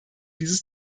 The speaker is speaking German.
dieses